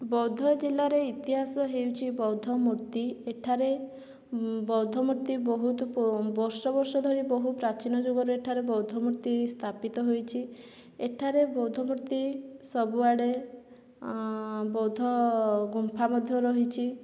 ବୌଦ୍ଧ ଜିଲ୍ଲାର ଇତିହାସ ହେଉଛି ବୌଦ୍ଧ ମୂର୍ତ୍ତି ଏଠାରେ ବୌଦ୍ଧ ମୂର୍ତ୍ତି ବହୁତ ବର୍ଷ ବର୍ଷ ଧରି ବହୁ ପ୍ରାଚୀନ ଯୁଗରେ ଏଠାରେ ବୌଦ୍ଧ ମୂର୍ତ୍ତି ସ୍ଥାପିତ ହୋଇଛି ଏଠାରେ ବୌଦ୍ଧ ମୂର୍ତ୍ତି ସବୁଆଡ଼େ ବୌଦ୍ଧ ଗୁମ୍ଫା ମଧ୍ୟ ରହିଛି